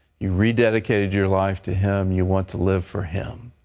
you rededicated your life to him. you want to live for him.